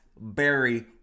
Barry